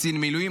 קצין מילואים,